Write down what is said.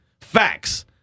Facts